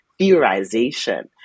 theorization